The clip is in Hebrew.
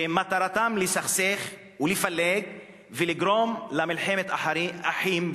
שמטרתם לסכסך ולפלג ולגרום למלחמת אחים,